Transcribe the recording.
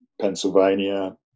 Pennsylvania